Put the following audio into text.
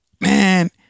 man